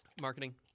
Marketing